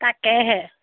তাকেহে